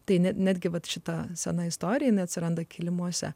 tai netgi vat šita sena istorija neatsiranda kilimuose